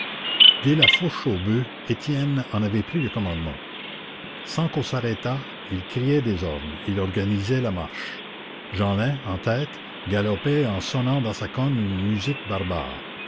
dès la fourche aux boeufs étienne en avait pris le commandement sans qu'on s'arrêtât il criait des ordres il organisait la marche jeanlin en tête galopait en sonnant dans sa corne une musique barbare